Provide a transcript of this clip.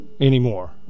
Anymore